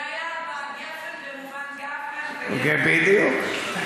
זה היה "גֶפן במובן גָפן" בדיוק.